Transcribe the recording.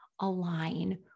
align